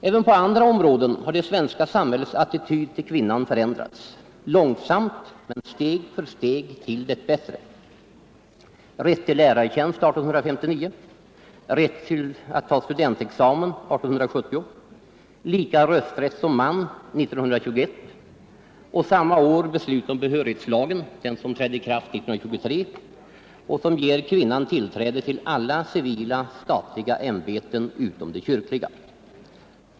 Även på andra områden har det svenska samhällets attityd till kvinnan förändrats — långsamt, men steg för steg till det bättre: rätt till lärartjänst 1859, rätt att ta studentexamen 1870 och samma rösträtt som man 1921. Det året fattades vidare beslut om behörighetslagen, som trädde i kraft 1923 och som gav kvinnan tillträde till alla civila statliga ämbeten utom de kyrkliga.